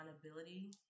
accountability